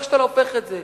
איך שאתה לא הופך את זה.